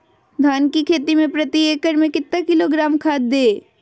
धान की खेती में प्रति एकड़ में कितना किलोग्राम खाद दे?